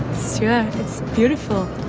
sure. it's beautiful!